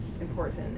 important